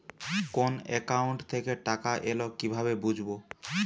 কোন একাউন্ট থেকে টাকা এল কিভাবে বুঝব?